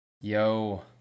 Yo